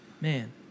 man